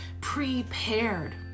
prepared